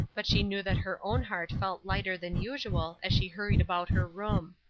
but she knew that her own heart felt lighter than usual as she hurried about her room.